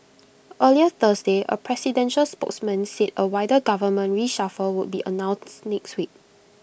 earlier Thursday A presidential spokesman said A wider government reshuffle would be announced next week